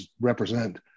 represent